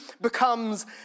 becomes